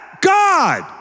God